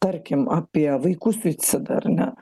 tarkim apie vaikų suicidą ar ne